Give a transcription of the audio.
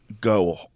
go